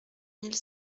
mille